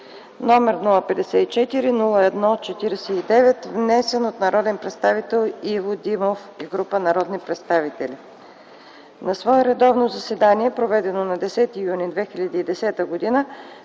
№ 054-01-49, внесен от народния представител Иво Димов и група народни представители. На свое редовно заседание, проведено на 10 юни 2010 г.,